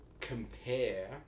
compare